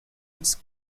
its